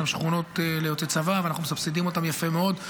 שם שכונות ליוצאי צבא ואנחנו מסבסדים אותם יפה מאוד.